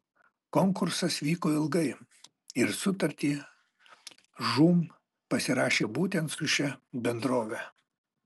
konkursas vyko ilgai ir sutartį žūm pasirašė būtent su šia bendrove